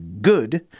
good